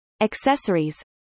accessories